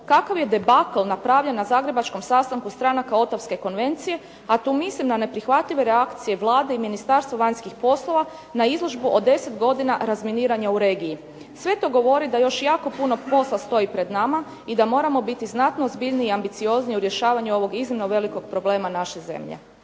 kakav je debakl napravljen na zagrebačkom sastanku stranaka Otawske konvencije, a tu mislim na neprihvatljive reakcije Vlade i Ministarstva vanjskih poslova, na izložbu o 10 godina razminiranja u regiji. Sve to govori da još jako puno posla stoji pred nama i da moramo biti znatno ozbiljniji i ambiciozniji u rješavanju ovog iznimno velikog problema naše zemlje.